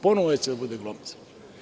Ponovo će da bude glomazan.